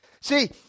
See